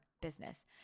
business